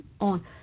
on